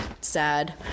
sad